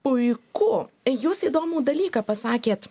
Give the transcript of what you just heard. puiku jūs įdomų dalyką pasakėt